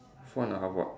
four and a half [what]